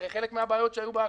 הרי כל הבעיות שהיו בקיבוצים,